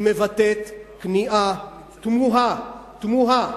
היא מבטאת כניעה תמוהה, תמוהה,